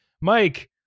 mike